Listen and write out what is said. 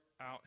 out